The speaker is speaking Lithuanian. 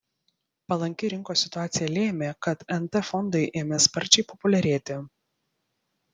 palanki rinkos situacija lėmė kad nt fondai ėmė sparčiai populiarėti